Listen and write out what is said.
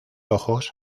ojos